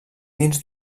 dins